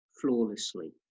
flawlessly